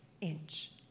inch